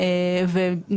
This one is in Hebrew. עכשיו זה הכסף.